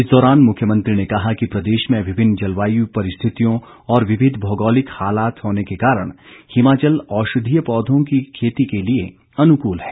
इस दौरान मुख्यमंत्री ने कहा कि प्रदेश में विभिन्न जलवायु परिस्थितियों और विविध भौगोलिक हालात होने के कारण हिमाचल औषधीय पौधों की खेती के लिए अनुकूल है